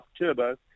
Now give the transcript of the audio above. Turbo